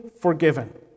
forgiven